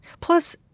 Plus